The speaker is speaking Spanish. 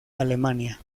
alemania